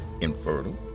infertile